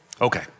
Okay